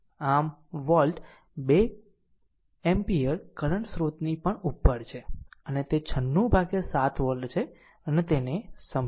આમ volt 2 ampere current સ્ત્રોતની પણ ઉપર છે અને તે 96 ભાગ્યા 7 વોલ્ટ છે અને તેને સમજો